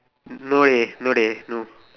no eh no dey no